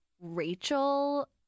Rachel